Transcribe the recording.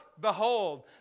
behold